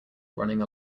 running